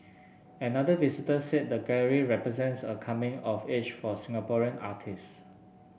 another visitor said the gallery represents a coming of age for Singaporean artists